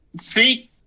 See